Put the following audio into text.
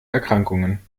erkrankungen